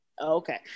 Okay